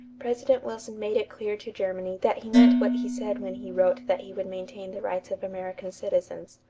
president wilson made it clear to germany that he meant what he said when he wrote that he would maintain the rights of american citizens.